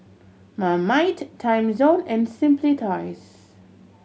Marmite Timezone and Simply Toys